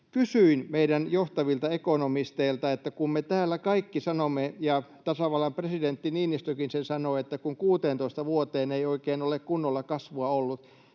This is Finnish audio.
Kysyin meidän johtavilta ekonomisteilta, että kun me täällä kaikki sanomme — ja tasavallan presidentti Niinistökin sen sanoo — että 16 vuoteen ei oikein ole kunnolla kasvua ollut,